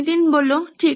নীতিন ঠিক